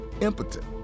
impotent